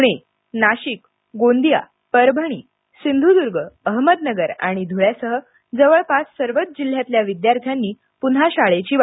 पूणे नाशिक गोंदिया परभणी सिंधुद्र्ग अहमदनगर आणि धुळ्यासह जवळपास सर्वच जिल्ह्यातल्या विद्यार्थ्यांनी पुन्हा शाळेची वाट धरली